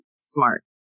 smart